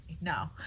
no